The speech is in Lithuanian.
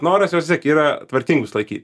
noras vis tiek yra tvarkingus laikyt